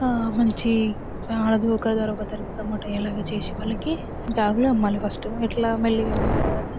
మంచి బా అది ఒకరి ద్వారా ఒకరి ద్వారా ప్రమోట్ అయ్యేలాగా చేసి వాళ్ళకి బ్యాగులు అమ్మాలి ఫస్ట్ ఎట్లా మెల్లగా అమ్మిన తరువాత